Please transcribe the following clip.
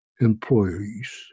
employees